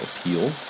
appeal